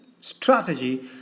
strategy